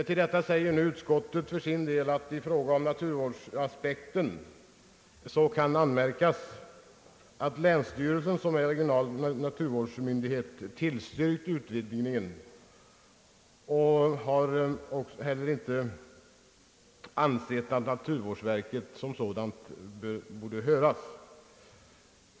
Till detta säger utskottet för sin del att i fråga om naturvårdsaspekten kan anmärkas att länsstyrelsen, som är regional naturvårdsmyndighet, tillstyrkt utvidgningen och inte har ansett att naturvårdsverket som sådant borde höras.